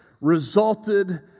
resulted